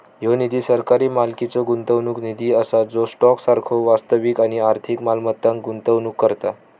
ह्यो निधी सरकारी मालकीचो गुंतवणूक निधी असा जो स्टॉक सारखो वास्तविक आणि आर्थिक मालमत्तांत गुंतवणूक करता